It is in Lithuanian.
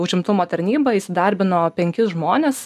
užimtumo tarnyba įsidarbino penkis žmones